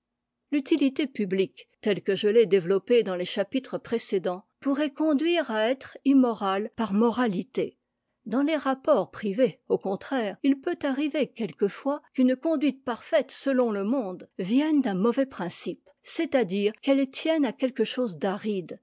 l'utilité publique telle que je l'ai développée dans les chapitres précédents pourrait conduire à être immoral par moralité dans les rapports privés au contraire il peut arriver quelquefois qu'une conduite parfaite selon le monde vienne d'un mauvais principe c'est-à-dire qu'elletienne à quoique chose d'aride